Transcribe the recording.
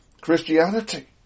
Christianity